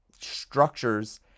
structures